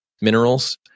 minerals